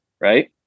right